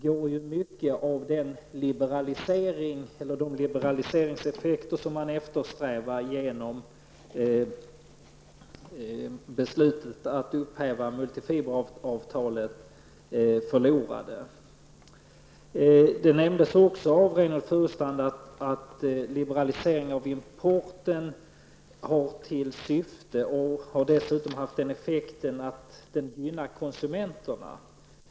Då går mycket av de liberaliseringseffekter som man eftersträvar genom beslutet att upphäva multifiberavtalet förlorat. Reynoldh Furustrand nämnde också att liberalisering av importen har till syfte -- och har dessutom haft den effekten -- att gynna konsumenterna.